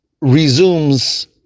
resumes